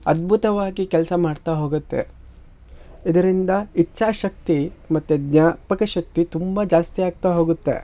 ಅದ್ಭುತವಾಗಿ ಕೆಲಸ ಮಾಡ್ತಾ ಹೋಗತ್ತೆ ಇದರಿಂದ ಇಚ್ಛಾಶಕ್ತಿ ಮತ್ತು ಜ್ಞಾಪಕ ಶಕ್ತಿ ತುಂಬ ಜಾಸ್ತಿ ಆಗ್ತಾ ಹೋಗತ್ತೆ